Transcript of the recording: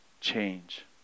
change